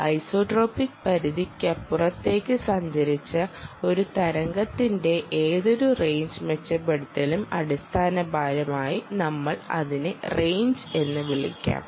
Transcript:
ഒരു ഐസോട്രോപിക് പരിധിക്കപ്പുറത്തേക്ക് സഞ്ചരിച്ച ഒരു തരംഗത്തിന്റെ ഏതൊരു റേഞ്ച് മെച്ചപ്പെടുത്തലും അടിസ്ഥാനപരമായി നമ്മെൾ അതിനെ റേഞ്ച് എന്ന് വിളിക്കാം